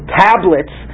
tablets